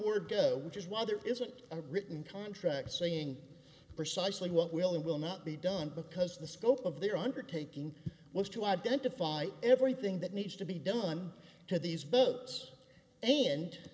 word go which is why there isn't a written contract saying precisely what will or will not be done because the scope of their undertaking was to identify everything that needs to be done to these votes and